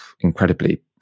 incredibly